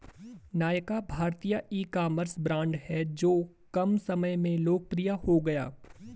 नायका भारतीय ecommerce brand हैं जो कम समय में लोकप्रिय हो गया